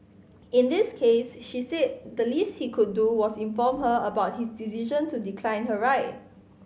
in this case she said the least he could do was inform her about his decision to decline her ride